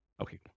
Okay